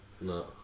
No